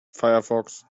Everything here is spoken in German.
firefox